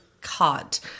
caught